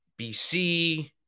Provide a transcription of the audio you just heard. BC